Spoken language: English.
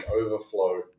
overflow